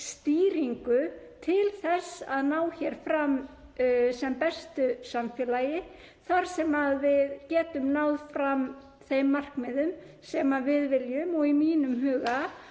stýringu til þess að ná fram sem bestu samfélagi þar sem við getum náð fram þeim markmiðum sem við viljum og í mínum huga